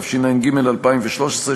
התשע"ג 2013,